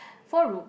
four room